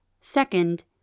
Second